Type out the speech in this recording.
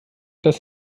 dass